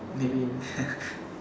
may be